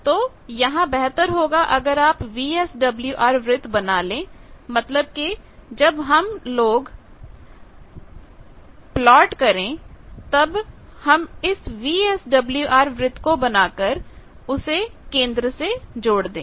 तो यहां बेहतर होगा अगर आप VSWR वृत्त बना ले मतलब कि जब हम लोग को प्लॉट करें तब हम इस VSWR वृत्त को बनाकर उसे केंद्र से जोड़ दें